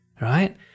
right